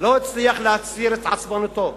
לא הצליח להסתיר את עצבנותו.